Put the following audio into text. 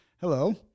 Hello